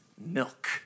milk